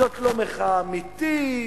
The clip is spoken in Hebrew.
זאת לא מחאה אמיתית,